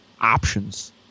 options